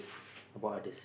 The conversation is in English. about others